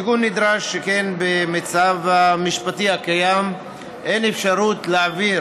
התיקון נדרש שכן במצב המשפטי הקיים אין אפשרות להעביר